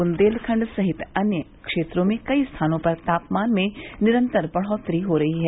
बुन्देलखंड सहित अन्य क्षेत्रों में कई स्थानों पर तापमान में निरन्तर बढ़ोत्तरी हो रही है